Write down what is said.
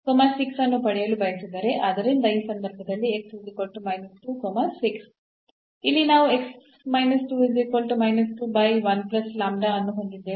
ಆದ್ದರಿಂದ ಈ ಸಂದರ್ಭದಲ್ಲಿ ಇಲ್ಲಿ ನಾವು ಅನ್ನು ಹೊಂದಿದ್ದೇವೆ